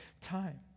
time